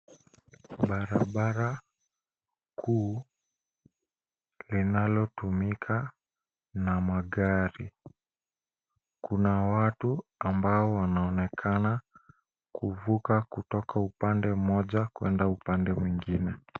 Barabara kuu linalotumika na magari. Kuna watu ambao wanaonekana kuvuka kutoka upande mmoja kuenda upande mwingine.